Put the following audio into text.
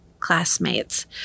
classmates